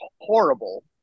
horrible